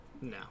No